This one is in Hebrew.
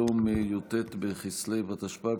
היום י"ט בכסלו התשפ"ג,